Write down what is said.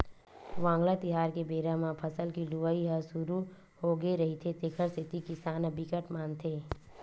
वांगला तिहार के बेरा म फसल के लुवई ह सुरू होगे रहिथे तेखर सेती किसान ह बिकट मानथे